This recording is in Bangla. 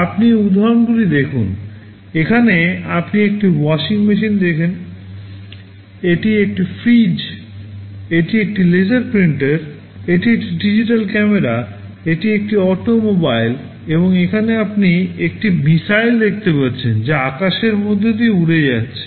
আপনি এই উদাহরণগুলি দেখুন এখানে আপনি একটি ওয়াশিং মেশিন দেখেন এটি একটি ফ্রিজ এটি একটি লেজার প্রিন্টার এটি একটি ডিজিটাল ক্যামেরা এটি একটি অটোমোবাইল এবং এখানে আপনি একটি মিসাইল দেখতে পাচ্ছেন যা আকাশের মধ্য দিয়ে উড়ে যাচ্ছে